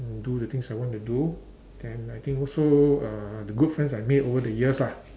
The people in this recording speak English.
to do the things I want to do then I think also uh the good friends I made over the years lah